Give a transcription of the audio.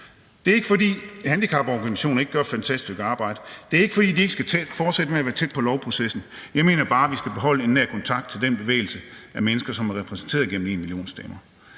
Det er ikke, fordi handicaporganisationerne ikke gør et fantastisk stykke arbejde, det er ikke, fordi de ikke skal fortsætte med at være tæt på lovprocessen, jeg mener bare, at vi skal beholde en nær kontakt til den bevægelse af mennesker, som er repræsenteret gennem #enmillionstemmer.